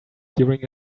during